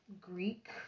Greek